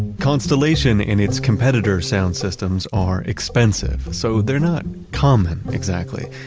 constellation and its competitor sound systems are expensive, so they're not common exactly,